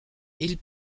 ils